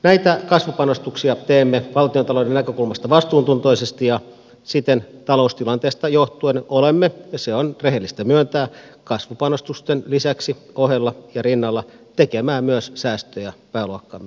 näitä kasvupanostuksia teemme valtiontalouden näkökulmasta vastuuntuntoisesti ja sitten taloustilanteesta johtuen olemme joutuneet ja se on rehellistä myöntää kasvupanostusten lisäksi ohella ja rinnalla tekemään myös säästöjä pääluokkamme määrärahoihin